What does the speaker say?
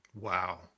Wow